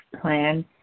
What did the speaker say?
plan